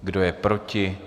Kdo je proti?